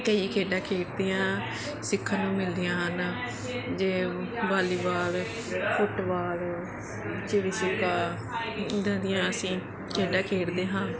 ਕਈ ਖੇਡਾਂ ਖੇਡਦਿਆਂ ਸਿੱਖਣ ਨੂੰ ਮਿਲਦੀਆਂ ਹਨ ਜਿਵੇਂ ਵਾਲੀਬਾਲ ਫੁੱਟਬਾਲ ਚਿੜੀ ਛਿੱਕਾ ਇੱਦਾਂ ਦੀਆਂ ਅਸੀਂ ਖੇਡਾਂ ਖੇਡਦੇ ਹਾਂ